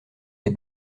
des